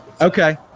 Okay